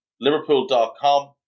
Liverpool.com